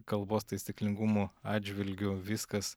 kalbos taisyklingumo atžvilgiu viskas